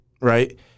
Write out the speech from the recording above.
right